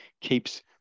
keeps